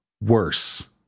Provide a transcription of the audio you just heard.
worse